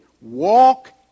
walk